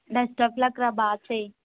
best of లక్రా బాగా చేయి